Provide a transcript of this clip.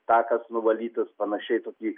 takas nuvalytas panašiai tokį